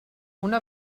una